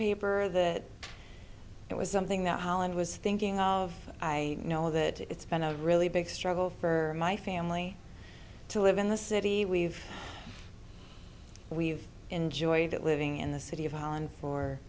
paper that it was something that holland was thinking of i know that it's been a really big struggle for my family to live in the city we've we've enjoyed that living in the city of holland for